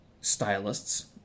stylists